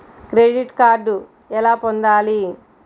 Credit card ఎలా పొందాలి?